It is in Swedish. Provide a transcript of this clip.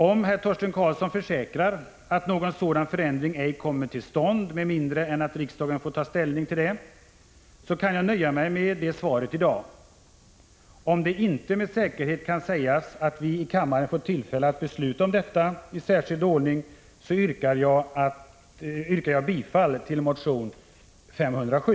Om herr Torsten Karlsson försäkrar att någon sådan förändring ej kommer till stånd med mindre än att riksdagen får ta ställning till den, så kan jag nöja mig med det svaret i dag. Om det inte med säkerhet kan sägas att vi i kammaren får tillfälle att besluta om detta i 15 särskild ordning, så yrkar jag bifall till motion Sk507.